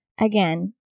again